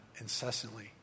incessantly